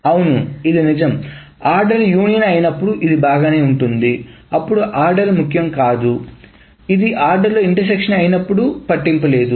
అవును అవును ఇది నిజం ఆర్డర్ యూనియన్ అయినప్పుడు ఇది బాగానే ఉంటుంది అప్పుడు ఆర్డర్ ముఖ్యం కాదు ఇది ఆర్డర్లో ఇంటర్ సెక్షన్ అయినప్పుడు పట్టింపు లేదు